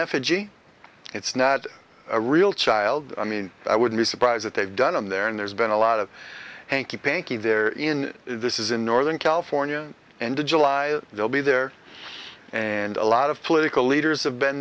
effigy it's not a real child i mean i would be surprised that they've done in there and there's been a lot of hanky panky there in this is in northern california and the july they'll be there and a lot of political leaders have been